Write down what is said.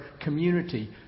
community